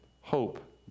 hope